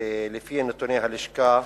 ולפי נתוני הלשכה